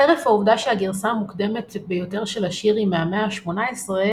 חרף העובדה שהגרסה המוקדמת ביותר של השיר היא מהמאה ה-18,